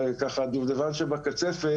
וככה הדובדבן שבקצפת,